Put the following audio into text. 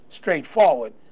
Straightforward